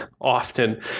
often